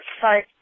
sorry